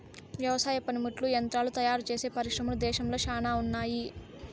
వ్యవసాయ పనిముట్లు యంత్రాలు తయారుచేసే పరిశ్రమలు దేశంలో శ్యానా ఉన్నాయి